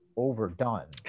overdone